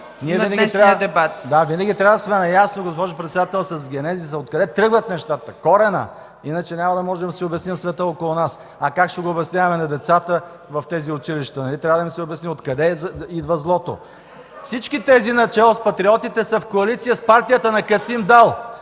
винаги трябва да сме наясно, госпожо Председател, с генезиса – откъде тръгват нещата, коренът. Иначе няма да можем да си обясним света около нас. А как ще го обясняваме на децата в тези училища? Нали трябва да им се обясни откъде идва злото! Всички тези, начело с патриотите, са в коалиция с партията на Касим Дал